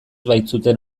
baitzuten